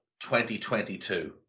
2022